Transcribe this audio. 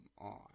on